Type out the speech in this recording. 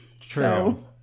True